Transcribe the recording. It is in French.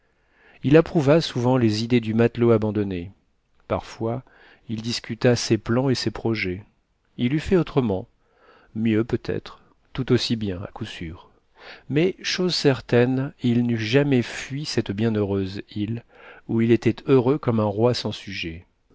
il approuva souvent les idées du matelot abandonné parfois il discuta ses plans et ses projets il eût fait autrement mieux peut-être tout aussi bien à coup sûr mais chose certaine il n'eût jamais fui cette bienheureuse île où il était heureux comme un roi sans sujets